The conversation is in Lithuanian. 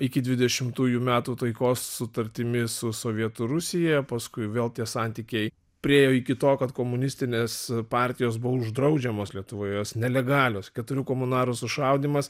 iki dvidešimtųjų metų taikos sutartimi su sovietų rusija paskui vėl tie santykiai priėjo iki to kad komunistinės partijos buvo uždraudžiamos lietuvoj jos nelegalios keturių komunarų sušaudymas